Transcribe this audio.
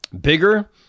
bigger